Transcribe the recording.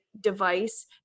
device